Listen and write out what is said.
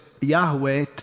Yahweh